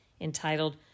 entitled